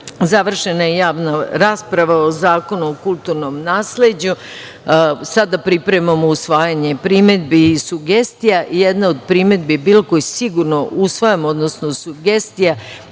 Završena je javna rasprava o Zakonu o kulturnom nasleđu. Sada pripremamo usvajanje primedbi i sugestija. Jedna od primedbi je bila, koju sigurno usvajamo, odnosno sugestija,